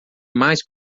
mais